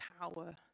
power